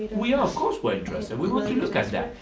we are. of course we're interested. we want to look at that.